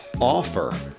offer